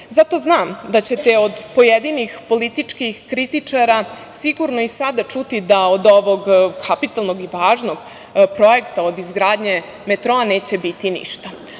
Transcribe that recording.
Zato znam da ćete od pojedinih političkih kritičara sigurno i sada čuti da od ovog kapitalnog i važnog projekta, od izgradnje metroa neće biti ništa.